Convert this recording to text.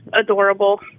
adorable